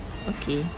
okay